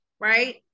right